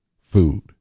food